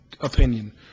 opinion